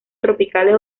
tropicales